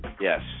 Yes